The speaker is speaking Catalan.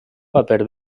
paper